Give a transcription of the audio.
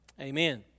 Amen